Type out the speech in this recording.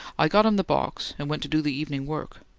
i got him the box and went to do the evening work.